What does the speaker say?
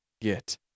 get